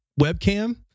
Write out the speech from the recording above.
webcam